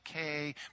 okay